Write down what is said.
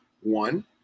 One